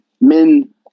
men